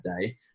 day